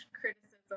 criticism